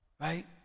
Right